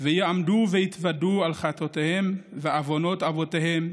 ויעמדו וַיִּתְוַדּוּ על חטאתיהם וַעֲו‍ֹנוֹת אֲבֹתֵיהֶם.